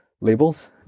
labels